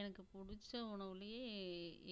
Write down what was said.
எனக்கு பிடிச்ச உணவுலேயே